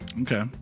okay